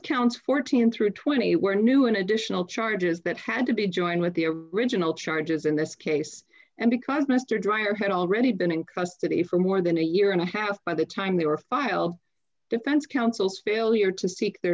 counts fourteen through twenty were new and additional charges that had to be joined with the original charges in this case and because mr dryer had already been in custody for more than a year and a half by the time they were filed defense counsel's failure to seek the